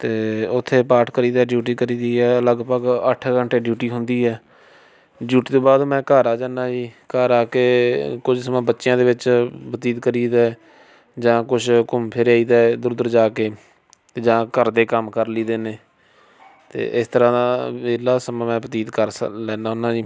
ਅਤੇ ਉੱਥੇ ਪਾਠ ਕਰੀਦਾ ਡਿਊਟੀ ਕਰੀਦੀ ਹੈ ਲਗਭਗ ਅੱਠ ਘੰਟੇ ਡਿਊਟੀ ਹੁੰਦੀ ਹੈ ਡਿਊਟੀ ਤੋਂ ਬਾਅਦ ਮੈਂ ਘਰ ਆ ਜਾਂਦਾ ਜੀ ਘਰ ਆ ਕੇ ਕੁਝ ਸਮਾਂ ਬੱਚਿਆਂ ਦੇ ਵਿੱਚ ਬਤੀਤ ਕਰੀਦਾ ਜਾਂ ਕੁਛ ਘੁੰਮ ਫਿਰ ਆਈਦਾ ਇੱਧਰ ਉੱਧਰ ਜਾ ਕੇ ਜਾਂ ਘਰ ਦੇ ਕੰਮ ਕਰ ਲਈ ਦੇ ਨੇ ਅਤੇ ਇਸ ਤਰ੍ਹਾਂ ਨਾ ਵਿਹਲਾ ਸਮਾਂ ਮੈਂ ਬਤੀਤ ਕਰ ਸ ਲੈਂਦਾ ਹੁੰਦਾ ਜੀ